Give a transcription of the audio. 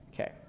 Okay